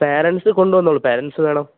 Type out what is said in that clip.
parents കൊണ്ടുവന്നോളു parents വേണം